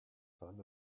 son